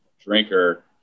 drinker